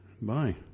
Bye